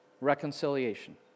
Reconciliation